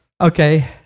okay